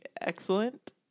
excellent